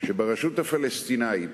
שברשות הפלסטינית